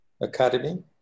Academy